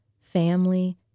family